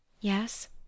Yes